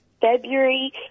February